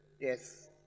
Yes